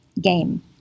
game